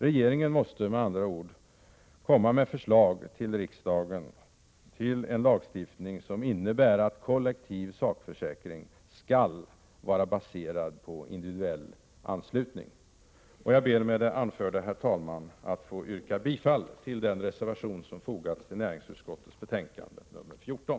Regeringen måste med andra ord komma med förslag till riksdagen om en lagstiftning som innebär att kollektiv sakförsäkring skall vara baserad på individuell anslutning. Jag ber med det anförda, herr talman, att få yrka bifall till den reservation som har fogats till näringsutskottets betänkande 14.